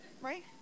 Right